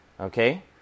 okay